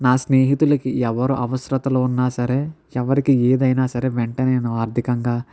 నా స్నేహితులకి ఎవరు అవసరతలో ఉన్నా సరే ఎవరికీ ఏదైనా సరే వెంటనే నేను ఆర్థికంగా